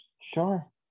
sure